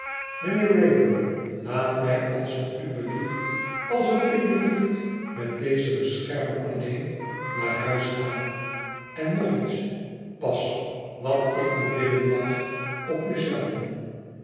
wraybum laat mij als t u blieft als t u blieft met dezen beschermer alleen naar huis gaan en nog iets pas wat ik u bidden mag op u